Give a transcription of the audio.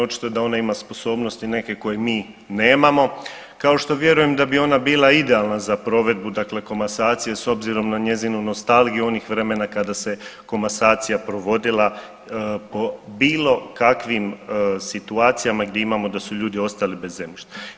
Očito da ona ima sposobnosti neke koje mi nemamo, kao što vjerujem da bi ona bila idealna za provedbu, dakle komasacije s obzirom na nostalgiju onih vremena kada se komasacija provodila po bilo kakvim situacijama gdje imamo da su ljudi ostali bez zemljišta.